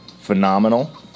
phenomenal